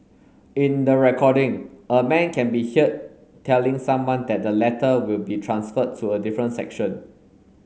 in the recording a man can be telling someone that the latter will be transferred to a different section